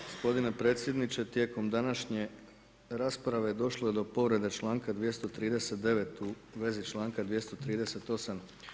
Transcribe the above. Gospodine predsjedniče, tijekom današnje rasprave došlo je do povrede članka 239. u vezi članka 238.